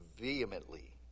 vehemently